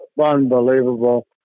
unbelievable